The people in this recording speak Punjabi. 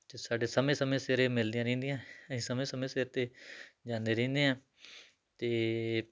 ਅਤੇ ਸਾਡੇ ਸਮੇਂ ਸਮੇਂ ਸਿਰ ਇਹ ਮਿਲਦੀਆਂ ਰਹਿੰਦੀਆਂ ਅਸੀਂ ਸਮੇਂ ਸਮੇਂ ਸਿਰ 'ਤੇ ਜਾਂਦੇ ਰਹਿੰਦੇ ਹਾਂ ਅਤੇ